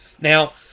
Now